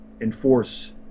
Enforce